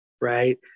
right